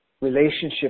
relationship